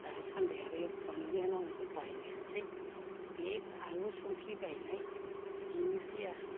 दासान्दै आरो एख'नो गैयानालाय सब बायनायानोसै बे आलु संख्रि बायनाय बिनोसै आरो